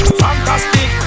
fantastic